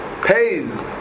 pays